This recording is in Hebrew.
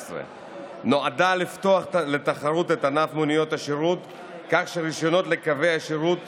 נועדה לפתוח לתחרות את ענף מוניות השירות כך שרישיונות לקווי השירות